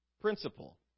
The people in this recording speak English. principle